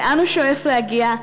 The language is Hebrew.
לאן הוא שואף להגיע,